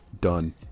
Done